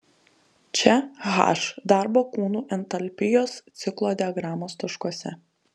čia h darbo kūnų entalpijos ciklo diagramos taškuose